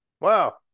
Wow